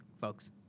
folks